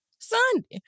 Sunday